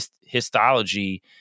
histology